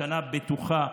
שנה בטוחה,